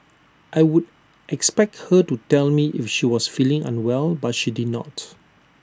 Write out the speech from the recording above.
I would expect her to tell me if she was feeling unwell but she did not